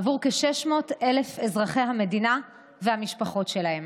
עבור כ-600,000 אזרחי המדינה והמשפחות שלהם.